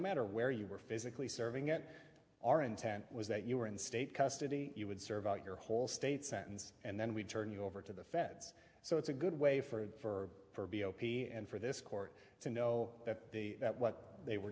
matter where you were physically serving it our intent was that you were in state custody you would serve out your whole state sentence and then we'd turn you over to the feds so it's a good way for for b o p and for this court to know that the that what they were